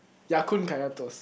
Ya-Kun kaya toast